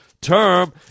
term